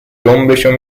دمبشو